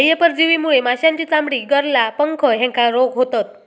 बाह्य परजीवीमुळे माशांची चामडी, गरला, पंख ह्येका रोग होतत